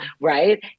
Right